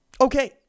Okay